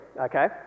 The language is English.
okay